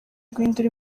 guhindura